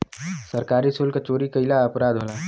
सरकारी सुल्क चोरी कईल अपराध होला